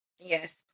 Yes